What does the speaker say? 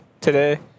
today